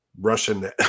Russian